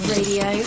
Radio